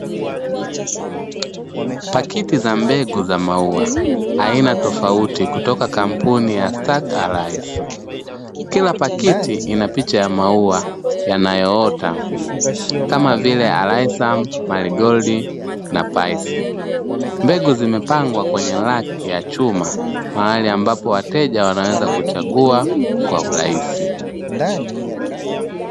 Pakiti za mbegu za maua aina tofauti kutoka kampuni ya "stak alive", Kila pakiti ina picha ya maua yanayoota kama vile alaisam, meiligold na paisi mbegu zimepangwa kwenye raki ya chuma mahali ambapo wateja wanaweza kuchagua kwa urahisi.